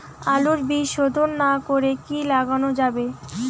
আলুর বীজ শোধন না করে কি লাগানো যাবে?